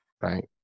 right